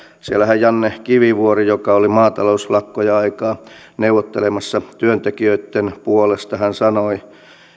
siellähän janne kivivuori joka oli maatalouslakkojen aikaan neuvottelemassa työntekijöitten puolesta sanoi